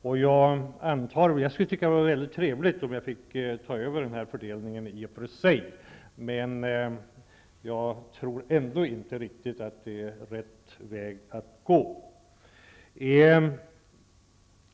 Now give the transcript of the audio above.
Jag tycker att det i och för sig skulle vara väldigt trevligt att få ta över den här fördelningen, men jag tror ändå inte riktigt att det är rätt väg att gå.